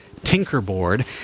tinkerboard